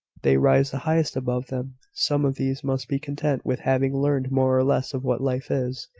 they rise the highest above them. some of these must be content with having learned more or less, of what life is,